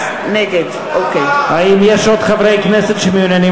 נגד האם יש עוד חברי כנסת שמעוניינים